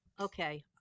Okay